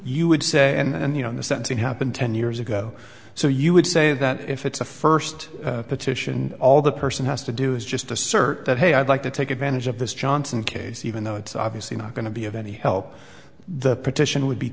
you would say and you know in the sense it happened ten years ago so you would say that if it's a first petition all the person has to do is just assert that hey i'd like to take advantage of this johnson case even though it's obviously not going to be of any help the petition would be